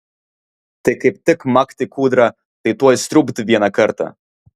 tai kaip tik makt į kūdrą tai tuoj sriūbt vieną kartą